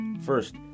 First